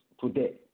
today